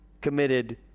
committed